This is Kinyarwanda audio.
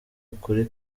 ukuri